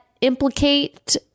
implicate